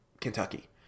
Kentucky